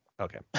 Okay